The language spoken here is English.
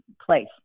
place